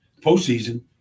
postseason